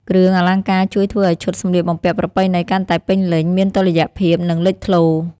គ្រឿងអលង្ការជួយធ្វើឱ្យឈុតសម្លៀកបំពាក់ប្រពៃណីកាន់តែពេញលេញ មានតុល្យភាព និងលេចធ្លោ។